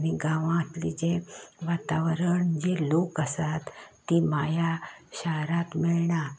आनी गांवां आपलें वातावरण जें लोक आसात ती माया शारांत मेळना